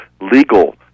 legal